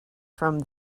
from